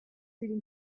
leading